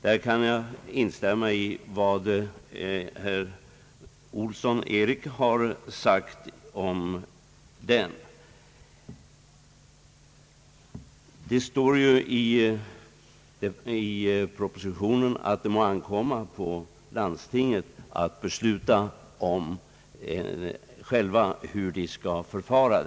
Jag kan på denna punkt instämma i vad herr Erik Olsson sagt. I propositionen står ju att det skall ankomma på landstinget att självt besluta, om enkel eller dubbel beredning skall ske.